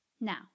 Now